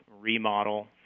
remodel